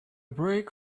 brake